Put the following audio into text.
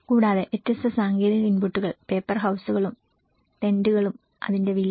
കൂടാതെ വ്യത്യസ്ത സാങ്കേതിക ഇൻപുട്ടുകൾ പേപ്പർ ഹൌസുകളും ടെന്റുകളും അതിന്റെ വില